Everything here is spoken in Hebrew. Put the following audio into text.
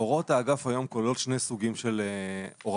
הוראות האגף היום כוללות שני סוגים של הוראות.